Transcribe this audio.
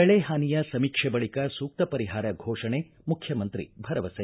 ಬೆಳೆ ಹಾನಿಯ ಸಮೀಕ್ಷೆ ಬಳಿಕ ಸೂಕ್ತ ಪರಿಹಾರ ಘೋಷಣೆ ಮುಖ್ವಮಂತ್ರಿ ಭರವಸೆ